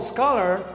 Scholar